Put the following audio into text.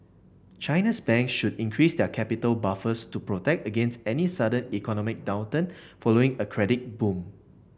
China's banks should increase their capital buffers to protect against any sudden economic downturn following a credit boom